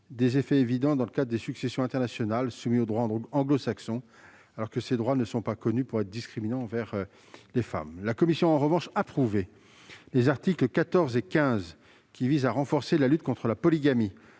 des effets évidents dans le cadre des successions internationales soumises au droit anglo-saxon, alors que ces droits ne sont pas connus pour être discriminants envers les femmes. Toutefois, la commission a approuvé les articles 14 et 15, qui visent à renforcer la lutte contre la polygamie,